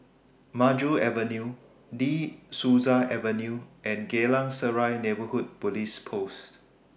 Maju Avenue De Souza Avenue and Geylang Serai Neighbourhood Police Post